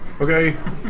okay